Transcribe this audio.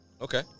Okay